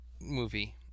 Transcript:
movie